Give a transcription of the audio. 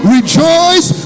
Rejoice